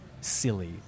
silly